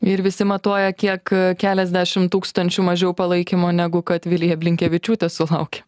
ir visi matuoja kiek keliasdešim tūkstančių mažiau palaikymo negu kad vilija blinkevičiūtė sulaukė